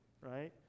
Right